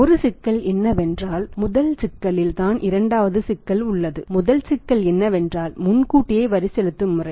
ஒரு சிக்கல் என்னவென்றால் முதல் சிக்கலில் தான் இரண்டாவது சிக்கல் உள்ளது முதல் சிக்கல் என்னவென்றால் முன்கூட்டியே வரி செலுத்தும் முறை